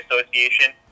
association